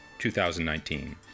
2019